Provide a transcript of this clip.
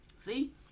See